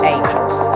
Angels